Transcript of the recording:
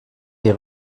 est